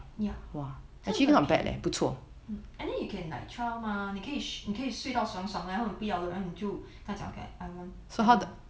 ya 真的很便宜 anyway you can like trial mah 你可以 sh~ 你可以睡到爽爽然后你不要了你就跟他讲 okay I want I don't want